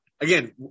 again